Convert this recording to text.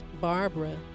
Barbara